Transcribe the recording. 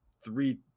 three